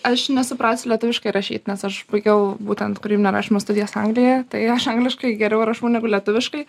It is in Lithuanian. aš nesuprasiu lietuviškai rašyt nes aš baigiau būtent kūrybinio rašymo studijas anglijoje tai aš angliškai geriau rašau negu lietuviškai